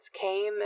came